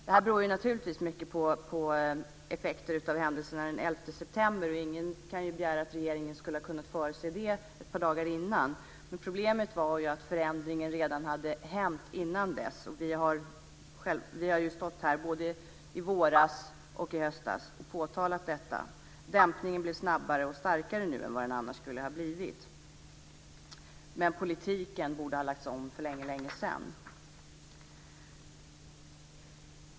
Det här beror naturligtvis mycket på effekter av händelserna den 11 september, och ingen kan begära att regeringen skulle ha kunnat förutse dem ett par dagar innan. Problemet var att förändringen hade skett redan innan dess. Vi har stått här, både i våras och i höst, och påtalat detta. Dämpningen blev snabbare och starkare än vad den annars skulle ha blivit. Men politiken borde ha lagts om för länge sedan.